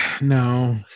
No